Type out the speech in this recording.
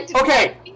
okay